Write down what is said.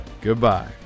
Goodbye